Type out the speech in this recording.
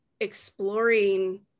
exploring